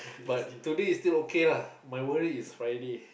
but today is still okay lah my worry is Friday